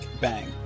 Bang